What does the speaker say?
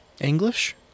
English